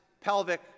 pelvic